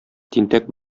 тинтәк